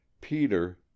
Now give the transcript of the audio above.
peter